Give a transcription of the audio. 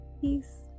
Peace